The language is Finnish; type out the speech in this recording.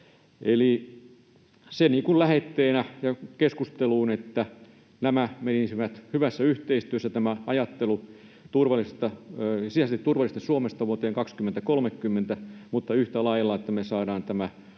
kuin lähetteenä ja keskusteluun, että nämä menisivät hyvässä yhteistyössä, tämä ajattelu sisäisesti turvallisesta Suomesta vuoteen 2030 mutta yhtä lailla, että me saadaan tämä alueiden